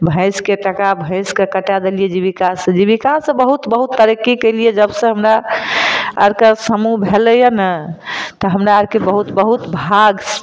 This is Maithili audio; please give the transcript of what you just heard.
भैंसके टका भैंसके कटा देलिऐ जीबिका से जीबिका से बहुत बहुत तरक्की कयलिऐ जब से हमरा आज कल समूह भेलै हँ ने तऽ हमरा आरके बहुत बहुत भाग